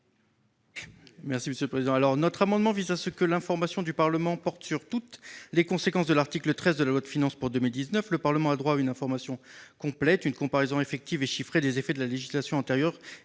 M. Ronan Le Gleut. Notre amendement vise à ce que l'information du Parlement porte sur toutes les conséquences de l'article 13 de la loi de finances pour 2019. Le Parlement a droit à une information complète, en particulier à une comparaison effective et chiffrée des effets de la législation antérieure